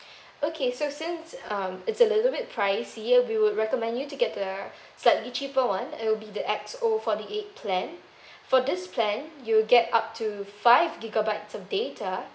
okay so since um it's a little bit pricy we would recommend you to get the slightly cheaper [one] it will be the X O forty eight plan for this plan you'll get up to five gigabytes of data